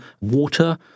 water